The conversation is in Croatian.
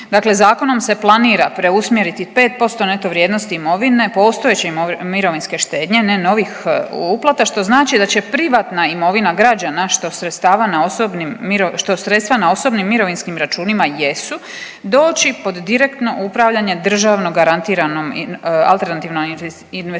Dakle, zakonom se planira preusmjeriti 5% neto vrijednosti imovine postojeće mirovinske štednje, ne novih uplata što znači da će privatna imovina građana što sredstva na osobnim mirovinskim računima jesu doći pod direktno upravljanje državnom alternativnom investicijskom